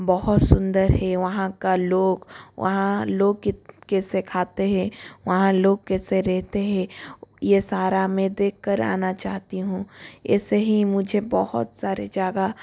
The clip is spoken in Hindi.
बहुत सुंदर है वहाँ का लोग वहाँ लोकगीत कैसे खाते हैं वहाँ लोग कैसे रहते हैं यह सारा मैं देखकर आना चाहती हूँ ऐसे ही मुझे बहुत सारे जगह